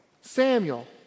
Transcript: Samuel